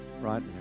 right